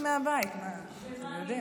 אדוני